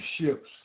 ships